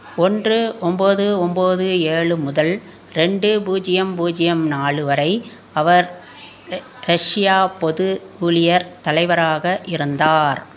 ஒன்று ஒன்போது ஒன்போது ஏழு முதல் ரெண்டு பூஜ்ஜியம் பூஜ்ஜியம் நாலு வரை அவர் ர ரஷ்யா பொது ஊழியர் தலைவராக இருந்தார்